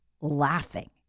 laughing